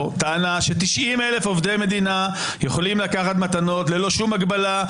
טענה ש-90,000 עובדי מדינה יכולים לקחת מתנות ללא שום הגבלה,